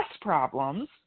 problems